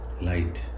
Light